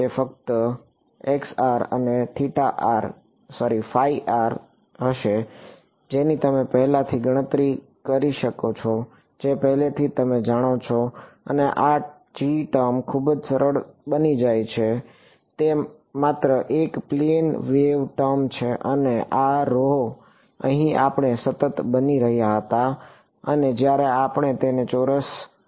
તે ફક્ત આ અને હશે જેની તમે પહેલાથી ગણતરી કરી છે જે તમે પહેલાથી જ જાણો છો અને આ ટર્મ ખૂબ જ સરળ બની જાય છે તે માત્ર એક પ્લેન વેવ ટર્મ છે અને આ rho અહીં આપણે સતત બની રહ્યા હતા અને જ્યારે આપણે તેને ચોરસ આહ